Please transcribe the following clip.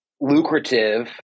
lucrative